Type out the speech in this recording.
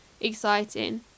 exciting